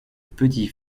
petit